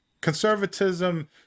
conservatism